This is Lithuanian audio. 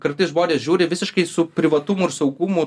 kartais žmonės žiūri visiškai su privatumu ir saugumu